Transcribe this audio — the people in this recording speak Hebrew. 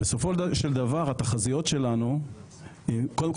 בסופו של דבר התחזיות שלנו קודם כל